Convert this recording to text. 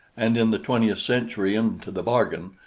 and in the twentieth century into the bargain,